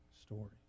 story